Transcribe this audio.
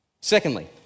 Secondly